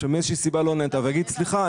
שמאיזה שהיא סיבה לא נענתה ויגיד: סליחה,